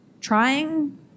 trying